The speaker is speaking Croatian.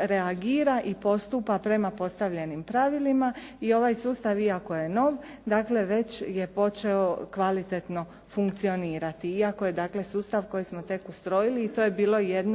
reagira i postupa prema postavljenim pravilima i ovaj sustav iako je nov, dakle već je počeo kvalitetno funkcionirati, iako je dakle sustav koji smo tek ustrojili i to je bilo jedno